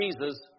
Jesus